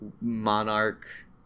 monarch